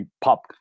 pop